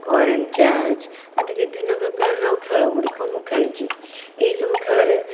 current charge ଆଦି ବିଭିନ୍ନ ପ୍ରକାରର ଖେଳଗୁଡ଼ିକ ମୁଁ ଖେଳିଛି ଏହିସବୁ ଖେଳରେ